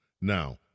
Now